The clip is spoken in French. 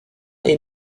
est